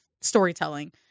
storytelling